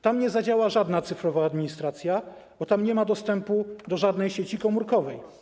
Tam nie zadziała żadna cyfrowa administracja, bo tam nie ma dostępu do żadnej sieci komórkowej.